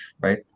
right